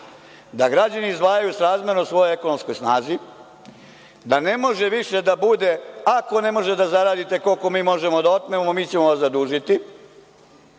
da građani izdvajaju srazmerno svojoj ekonomskoj snazi, da ne može više da bude – ako ne možete da zaradite koliko mi možemo da otmemo, mi ćemo vas zadužiti.